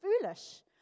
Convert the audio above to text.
foolish